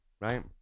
right